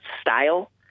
style